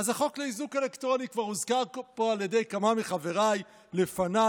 החוק לאיזוק אלקטרוני כבר הוזכר פה על ידי כמה מחבריי לפניי.